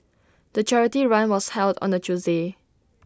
the charity run was held on A Tuesday